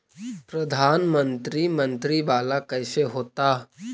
प्रधानमंत्री मंत्री वाला कैसे होता?